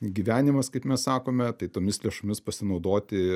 gyvenimas kaip mes sakome tai tomis lėšomis pasinaudoti